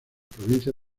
provincia